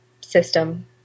system